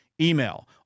Email